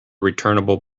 returnable